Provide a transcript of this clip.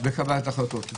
בקבלת החלטות.